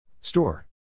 Store